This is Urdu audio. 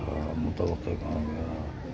متوقع کہاں گیا